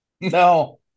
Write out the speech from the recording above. No